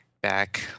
back